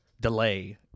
delay